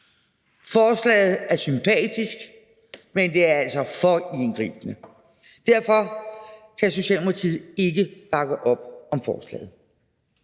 Forslaget er sympatisk, men det er altså for indgribende. Derfor kan Socialdemokratiet ikke bakke op om forslaget.